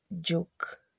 joke